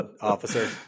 officer